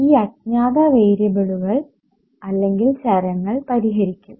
ഈ അജ്ഞാത വേരിയബിളുകൾചരങ്ങൾ പരിഹരിക്കും